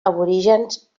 aborígens